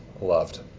loved